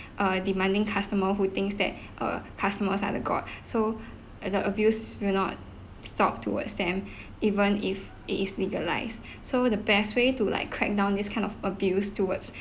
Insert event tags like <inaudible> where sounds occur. uh demanding customer who thinks that <breath> uh customers are the god <breath> so uh the abuse will not stop towards them <breath> even if it is legalised <breath> so the best way to like crackdown this kind of abuse towards